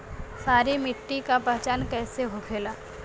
सारी मिट्टी का पहचान कैसे होखेला?